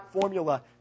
formula